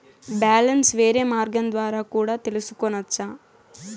Balance వేరే మార్గం ద్వారా కూడా తెలుసుకొనొచ్చా?